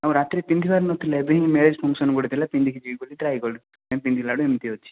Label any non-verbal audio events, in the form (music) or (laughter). ଆଉ ରାତିରେ ପିନ୍ଧିବାର ନଥିଲା ଏବେ ହିଁ ମ୍ୟାରେଜ୍ ଫଙ୍କସନ୍ ଗୋଟେ ଥିଲା ପିନ୍ଧିକି ଯିବି ବୋଲି ଟ୍ରାଏ କଲି (unintelligible) ପିନ୍ଧିଲାଠୁ ଏମିତି ହେଉଛି